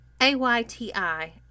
AYTI